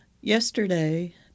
Yesterday